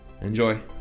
Enjoy